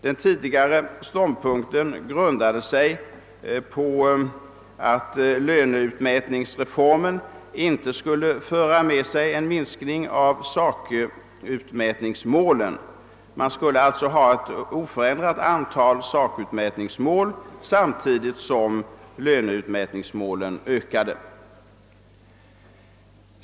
Den tidigare ståndpunk ten grundade sig på att löneutmätningsreformen inte skulle föra med sig en minskning av sakutmätningsmålen. Man skulle alltså ha ett oförändrat antal sakutmätningsmål samtidigt som löneutmätningsmålen ökade.